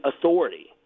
authority